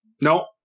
No